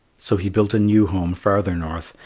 so he built a new home farther north,